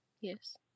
Yes